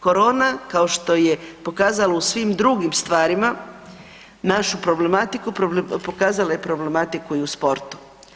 Korona kao što je pokazala u svim drugim stvarima našu problematiku, pokazala je problematiku i u sportu.